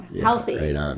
healthy